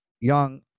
young